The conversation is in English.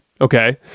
Okay